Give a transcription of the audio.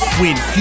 win